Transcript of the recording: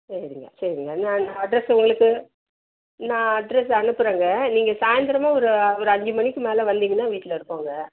சரிங்க சரிங்க நான் அட்ரஸ் உங்களுக்கு நான் அட்ரஸ் அனுப்புகிறேங்க நீங்கள் சாய்ந்திரமா ஒரு ஒரு அஞ்சு மணிக்கு மேலே வந்திங்னால் வீட்டில் இருப்போங்க